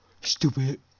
Stupid